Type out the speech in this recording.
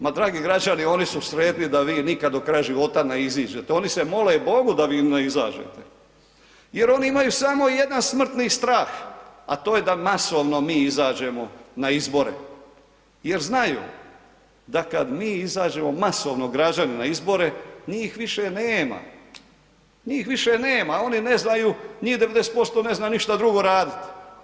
Ma dragi građani oni su sretni da vi nikad do kraja života ne iziđete, oni se mole Bogu da vi ne izađete jer oni imaju samo jedan smrtni strah, a to je da masovno mi izađemo na izbore jer znaju da kad mi izađemo, masovno građani na izbore, njih više nema, njih više nema, oni ne znaju, njih 90% ne zna ništa drugo radit.